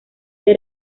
que